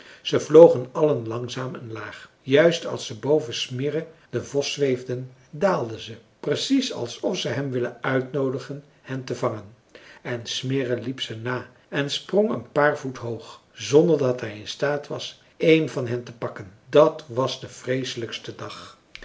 ze vlogen allen langzaam en laag juist als ze boven smirre den vos zweefden daalden ze precies alsof ze hem wilden uitnoodigen hen te vangen en smirre liep ze na en sprong een paar voet hoog zonder dat hij in staat was één van hen te pakken dat was de vreeselijkste dag